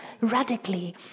radically